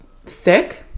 thick